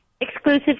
exclusive